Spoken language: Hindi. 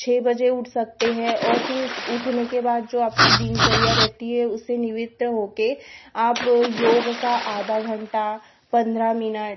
छः बजे उठ सकते है और फिर उस उठने के बाद जो आपकी दिनचर्या रहती है उससे निर्वित हो कर आप योग का आधा घंटा पन्द्रह मिनट